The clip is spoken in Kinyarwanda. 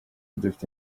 dufite